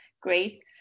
great